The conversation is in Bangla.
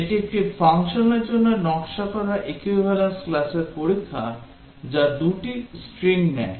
এটি একটি ফাংশনের জন্য নকশা করা equivalence class পরীক্ষা যা 2 টি string নেয়